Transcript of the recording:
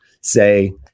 say